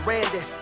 Randy